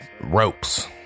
ropes